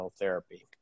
Therapy